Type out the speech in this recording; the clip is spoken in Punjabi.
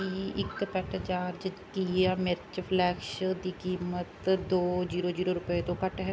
ਕੀ ਇੱਕ ਪੈਟ ਜਾਰਜ਼ ਕਿਆ ਮਿਰਚ ਫਲੈਕਸ਼ ਦੀ ਕੀਮਤ ਦੋ ਜੀਰੋ ਜੀਰੋ ਰੁਪਏ ਤੋਂ ਘੱਟ ਹੈ